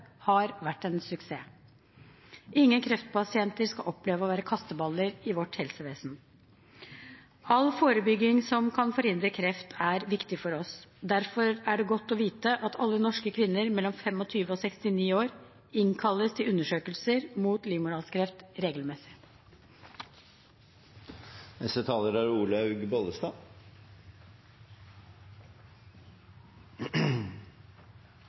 har vært en suksess. Ingen kreftpasienter skal oppleve å være kasteballer i vårt helsevesen. All forebygging som kan forhindre kreft, er viktig for oss. Derfor er det godt å vite at alle norske kvinner mellom 25 år og 69 år innkalles til undersøkelser for livmorhalskreft regelmessig. Som flere har sagt, er